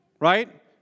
right